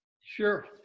Sure